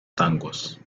tangos